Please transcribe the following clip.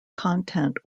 content